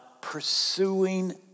pursuing